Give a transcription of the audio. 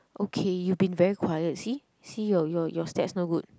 okay you been very quite see see your your your stats not good